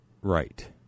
Right